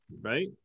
right